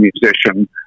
musician